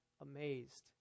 amazed